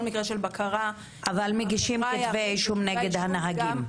אבל מגישים כתבי אישום נגד הנהגים.